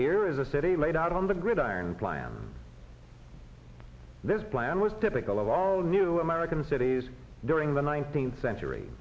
here is a city laid out on the gridiron plan this plan was typical of all new american cities during the nineteenth century